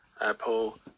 Apple